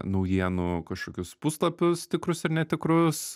naujienų kažkokius puslapius tikrus ir netikrus